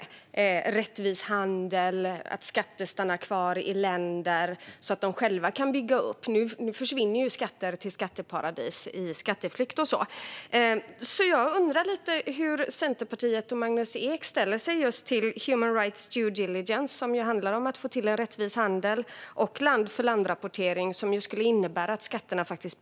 Det gäller rättvis handel och att skatter stannar kvar i länderna så att de själva kan byggas upp. Nu försvinner skatter till skatteparadis genom skatteflykt. Jag undrar hur Centerpartiet och Magnus Ek ställer sig till human rights due diligence, som handlar om att få till rättvis handel, och land-för-land-rapportering, som skulle innebära att skatterna blir kvar.